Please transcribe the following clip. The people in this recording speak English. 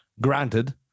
granted